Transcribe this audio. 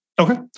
Okay